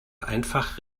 einfach